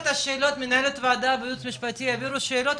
מנהלת הוועדה והיועמ"ש יעבירו שאלות,